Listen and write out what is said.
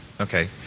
Okay